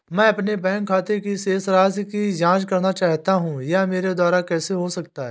मैं अपने बैंक खाते की शेष राशि की जाँच करना चाहता हूँ यह मेरे द्वारा कैसे हो सकता है?